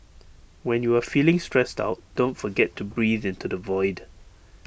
when you are feeling stressed out don't forget to breathe into the void